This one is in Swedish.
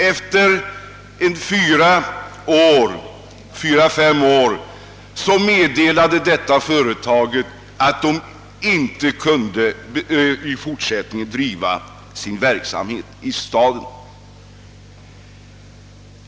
Efter fyra, fem år meddelade emellertid företaget att det inte kunde fortsätta sin verksamhet i staden.